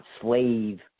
slave